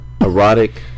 erotic